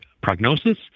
prognosis